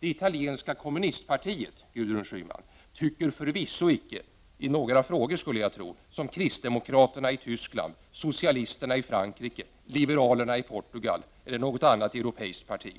Det italienska kommunistpartiet, Gudrun Schyman, tycker förvisso icke i några frågor skulle jag tro på samma sätt som kristdemokraterna i Tyskland, som socialisterna i Frankrike, som liberalerna i Portugal eller som något annat europeiskt parti.